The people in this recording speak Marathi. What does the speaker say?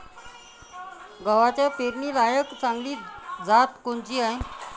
गव्हाची पेरनीलायक चांगली जात कोनची?